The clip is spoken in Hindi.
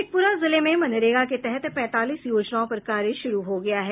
शेखपुरा जिले में मनरेगा के तहत पैंतालीस योजनाओं पर कार्य शुरू हो गया है